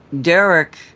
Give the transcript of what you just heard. Derek